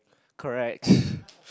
correct